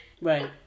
right